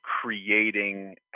creating